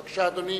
בבקשה, אדוני.